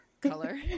color